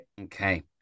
Okay